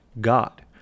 God